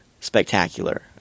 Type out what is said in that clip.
spectacular